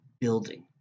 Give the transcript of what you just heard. building